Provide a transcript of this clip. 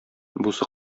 бусы